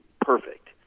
perfect